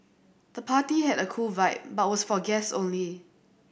the party had a cool vibe but was for guests only